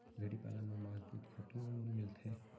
भेड़ी पालन म मांस, दूद, खातू अउ ऊन मिलथे